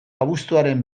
abuztuaren